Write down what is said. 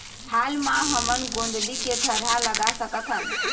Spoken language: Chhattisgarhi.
हाल मा हमन गोंदली के थरहा लगा सकतहन?